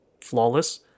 flawless